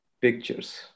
pictures